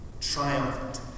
triumphant